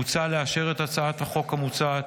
מוצע לאשר את הצעת החוק המוצעת,